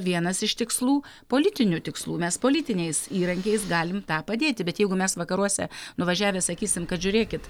vienas iš tikslų politinių tikslų mes politiniais įrankiais galim tą padėti bet jeigu mes vakaruose nuvažiavę sakysim kad žiūrėkit